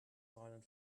silent